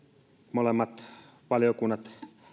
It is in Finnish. molemmat valiokunnat